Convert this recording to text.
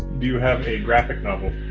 do you have a graphic novel?